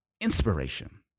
inspiration